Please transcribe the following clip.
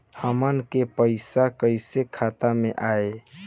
हमन के पईसा कइसे खाता में आय?